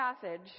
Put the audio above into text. passage